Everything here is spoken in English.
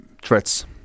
threats